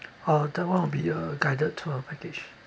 uh that one will be a guided tour package